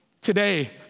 today